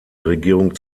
regierung